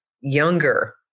younger